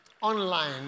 online